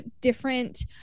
different